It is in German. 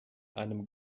einem